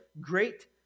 great